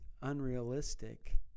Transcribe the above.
unrealistic